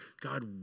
God